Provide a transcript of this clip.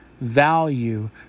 value